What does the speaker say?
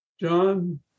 John